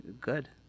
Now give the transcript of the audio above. Good